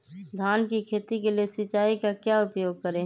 धान की खेती के लिए सिंचाई का क्या उपयोग करें?